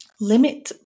Limit